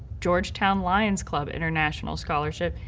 georgetown lions club international scholarship,